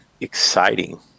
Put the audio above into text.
exciting